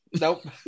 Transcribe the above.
nope